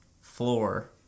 floor